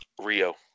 Rio